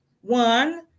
one